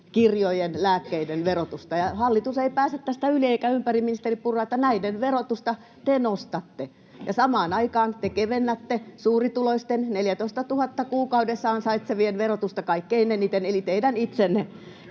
kirjojen, lääkkeiden, verotusta. Ja hallitus ei pääse tästä yli eikä ympäri, ministeri Purra, että näiden verotusta te nostatte ja samaan aikaan te kevennätte suurituloisten, 14 000 kuukaudessa ansaitsevien verotusta kaikkein eniten, eli teidän itsenne